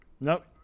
Nope